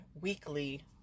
weekly